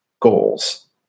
goals